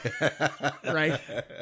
right